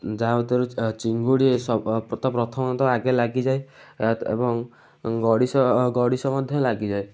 ଯାହା ଭିତରେ ଚିଙ୍ଗୁଡ଼ି ତ ସବା ପ୍ରଥମତଃ ଆଗେ ଲାଗିଯାଏ ଏବଂ ଗଡ଼ିଶ ଗଡ଼ିଶ ମଧ୍ୟ ଲାଗିଯାଏ